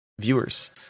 viewers